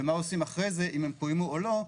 ומה עושים אחרי זה, אם הם קוימו או לא.